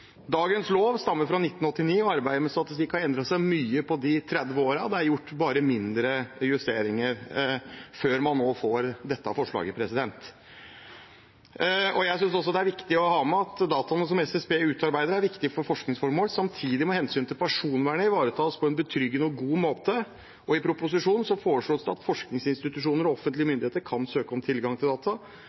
Dagens lov er fra 1989, og arbeidet med statistikk har endret seg mye på disse 30 årene. Det er bare gjort mindre justeringer før man nå fremmer dette lovforslaget. Jeg synes også det er viktig å ha med at dataene som SSB utarbeider, er viktig for forskningsformål. Samtidig må hensynet til personvern ivaretas på en betryggende og god måte. I proposisjonen foreslås det at forskningsinstitusjoner og offentlige myndigheter kan søke om tilgang til